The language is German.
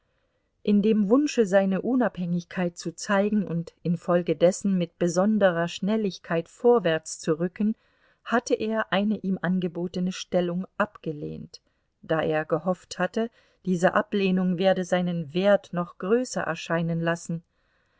in dem wunsche seine unabhängigkeit zu zeigen und infolgedessen mit besonderer schnelligkeit vorwärts zu rücken hatte er eine ihm angebotene stellung abgelehnt da er gehofft hatte diese ablehnung werde seinen wert noch größer erscheinen lassen